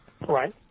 Right